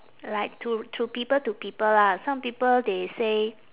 like to to people to people lah some people they say